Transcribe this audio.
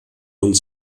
und